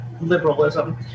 liberalism